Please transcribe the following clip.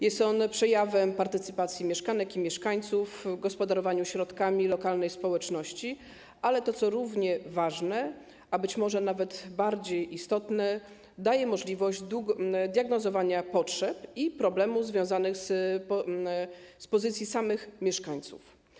Jest on przejawem partycypacji mieszkanek i mieszkańców w gospodarowaniu środkami lokalnej społeczności, ale - co równie ważne, a być może nawet bardziej istotne - daje też możliwość diagnozowania potrzeb i problemów widzianych z pozycji samych mieszkańców.